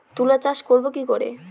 তুলা চাষ করব কি করে?